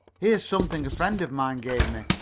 here's something a friend of mine gave me,